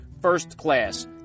FIRSTCLASS